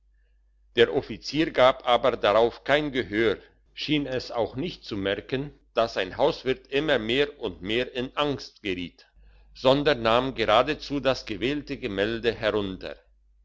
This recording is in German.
der offizier gab aber darauf kein gehör schien auch nicht zu merken dass sein hauswirt immer mehr und mehr in angst geriet sondern nahm geradezu das gewählte gemälde herunter